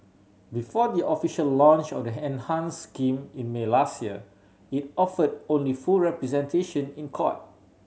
before the official launch of the enhance scheme in May last year it offered only full representation in court